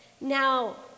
Now